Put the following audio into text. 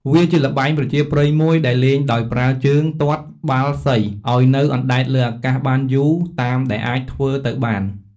វាជាល្បែងប្រជាប្រិយមួយដែលលេងដោយប្រើជើងទាត់បាល់សីឲ្យនៅអណ្ដែតលើអាកាសបានយូរតាមដែលអាចធ្វើទៅបាន។